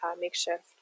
makeshift